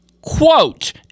Quote